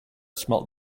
smelled